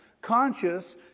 conscious